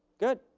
good,